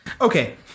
Okay